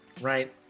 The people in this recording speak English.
Right